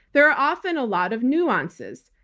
there are often a lot of nuances.